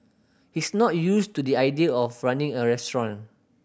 he's not used to the idea of running a restaurant